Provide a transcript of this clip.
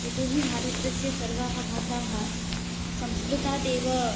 यतो हि भारतस्य सर्वाः भाषाः संस्कृतादेव